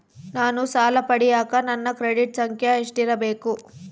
ನಾನು ಸಾಲ ಪಡಿಯಕ ನನ್ನ ಕ್ರೆಡಿಟ್ ಸಂಖ್ಯೆ ಎಷ್ಟಿರಬೇಕು?